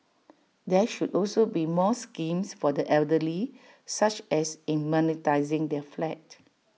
there should also be more schemes for the elderly such as in monetising their flat